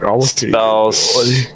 Spells